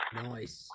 nice